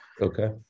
okay